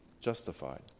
justified